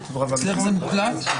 התשפ"ב-2022.